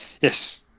Yes